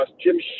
Jim